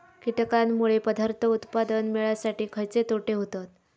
कीटकांनमुळे पदार्थ उत्पादन मिळासाठी खयचे तोटे होतत?